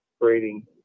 breeding